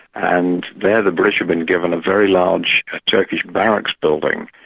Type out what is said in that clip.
and there the british have been given a very large turkish barracks building,